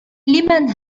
لمن